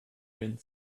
wind